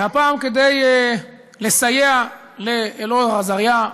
והפעם כדי לסייע לאלאור אזריה,